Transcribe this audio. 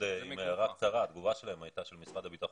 של משרד הביטחון,